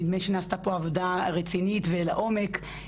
שנעשתה פה עבודה רצינית ולעומק,